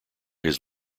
his